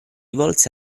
volse